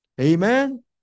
Amen